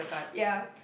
yeah